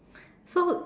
so